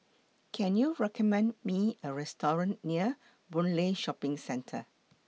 Can YOU recommend Me A Restaurant near Boon Lay Shopping Centre